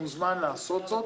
מוזמן לעשות זאת,